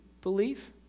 believe